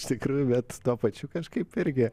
iš tikrųjų bet tuo pačiu kažkaip irgi